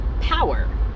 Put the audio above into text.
power